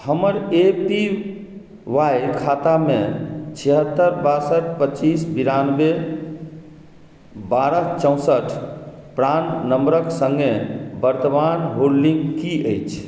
हमर A P Y खाता मे छिहत्तरि बासठि पच्चीस बेरानवे बारह चौंसठ प्राण नम्बरक संगे वर्तमान होल्डिंग की अछि